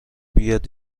بیاد